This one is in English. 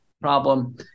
problem